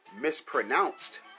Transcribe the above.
mispronounced